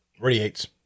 Radiates